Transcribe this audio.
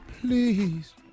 Please